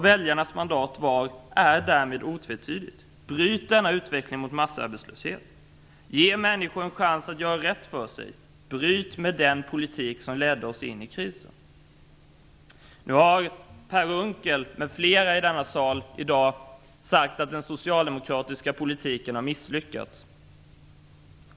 Väljarnas mandat är otvetydigt: Bryt utvecklingen mot massarbetslöshet, ge människor en chans att göra rätt för sig och bryt med den politik som ledde oss in i krisen! Per Unckel m.fl. har i dag i denna sal sagt att den socialdemokratiska politiken har misslyckats.